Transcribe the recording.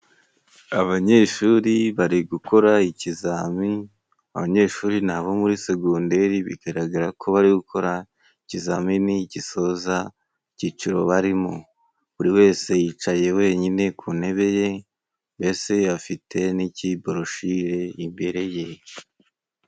Abanyeshuri bari gukora ikizamini, abanyeshuri ni abo muri segonderi, bigaragarako bari gukora ikizamini gisoza icyiciro barimo. Buri wese yicaye wenyine ku ntebe ye, mbese afite n'ikiboroshile imbere ye.